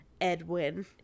Edwin